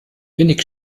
wenig